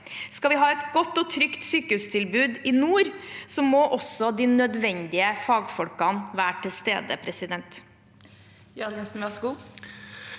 Skal vi ha et godt og trygt sykehustilbud i nord, må også de nødvendige fagfolkene være til stede. Geir